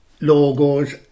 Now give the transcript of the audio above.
logos